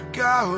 go